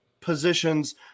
positions